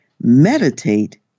meditate